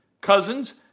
Cousins